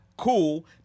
cool